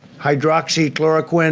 hydroxychloroquine